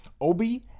Obi